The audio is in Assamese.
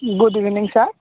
good evening sir